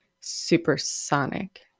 supersonic